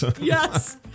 yes